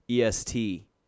EST